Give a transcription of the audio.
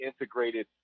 integrated